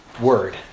word